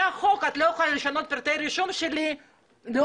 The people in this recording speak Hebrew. החוק את לא יכולה לשנות פרטי רישום שלי בלאום,